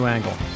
Angle